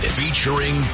featuring